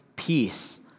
peace